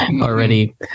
already